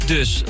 Dus